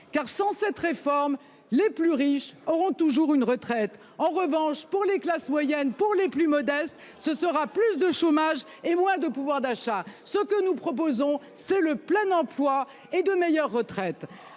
de cible, car les plus riches auront toujours une retraite, même sans notre réforme. En revanche, pour les classes moyennes, pour les plus modestes, ce serait plus de chômage et moins de pouvoir d'achat. Ce que nous proposons, c'est le plein emploi et de meilleures retraites